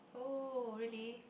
oh really